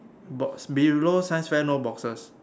box below science fair no boxes